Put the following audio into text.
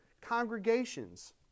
congregations